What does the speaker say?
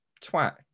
twat